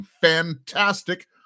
fantastic